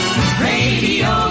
radio